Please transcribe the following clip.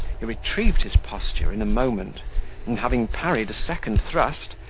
he retrieved his posture in a moment and having parried a second thrust,